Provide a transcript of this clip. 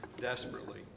desperately